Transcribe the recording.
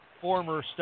former